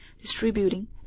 distributing